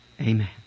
Amen